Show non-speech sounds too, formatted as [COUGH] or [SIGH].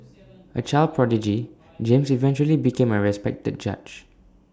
[NOISE] A child prodigy James eventually became A respected judge